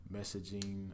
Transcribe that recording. messaging